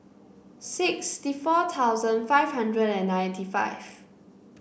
sixty four thousand five hundred and ninety five